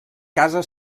casa